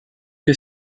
que